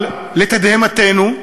אבל לתדהמתנו,